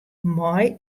mei